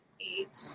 eight